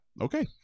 Okay